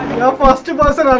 foster was a